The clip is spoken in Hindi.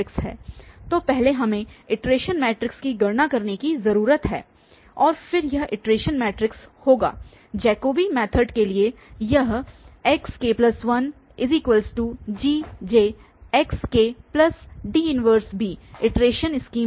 तो पहले हमें इटरेशन मैट्रिक्स की गणना करने की जरूरत है और फिर यह इटरेशन मैट्रिक्स होना जैकोबी मैथड के लिए यह xk1GJxD 1b इटरेशन स्कीम है